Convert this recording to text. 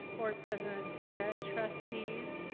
board president zia, trustees,